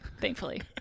thankfully